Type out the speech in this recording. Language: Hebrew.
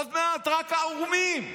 עוד מעט רק ערומים,